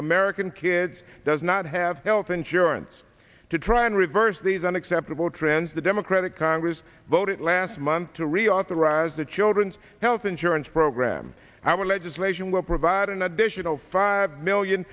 american kids does not have health insurance to try and reverse these unacceptable trends the democratic congress voted last month to reauthorize the children's health insurance program our legislation will provide an additional five million